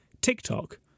TikTok